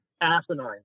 asinine